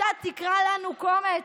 אתה תקרא לנו קומץ?